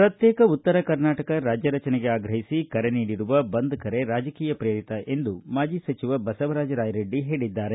ಪ್ರತ್ಯೇಕ ಉತ್ತರ ಕರ್ನಾಟಕ ರಾಜ್ಯ ರಚನೆಗೆ ಆಗ್ರಹಿಸಿ ಕರೆ ನೀಡಿರುವ ಬಂದ್ ಕರೆ ರಾಜಕೀಯ ಪ್ರೇರಿತ ಎಂದು ಮಾಜಿ ಸಚಿವ ಬಸವರಾಜ ರಾಯರೆಡ್ಡಿ ಹೇಳಿದ್ದಾರೆ